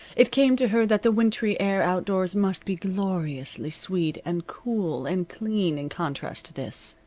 it came to her that the wintry air outdoors must be gloriously sweet, and cool, and clean in contrast to this.